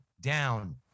down